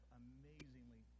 amazingly